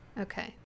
Okay